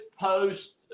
post